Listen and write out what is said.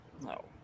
No